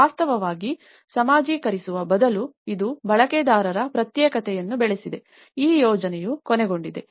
ವಾಸ್ತವವಾಗಿ ಸಾಮಾಜೀಕರಿಸುವ ಬದಲು ಇದು ಬಳಕೆದಾರರ ಪ್ರತ್ಯೇಕತೆಯನ್ನು ಬೆಳೆಸಿದೆ ಈ ಯೋಜನೆಯು ಕೊನೆಗೊಂಡಿದೆ